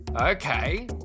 Okay